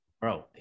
Bro